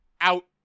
out